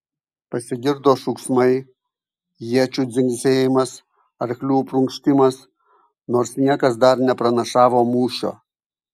pasigirdo šūksmai iečių dzingsėjimas arklių prunkštimas nors niekas dar nepranašavo mūšio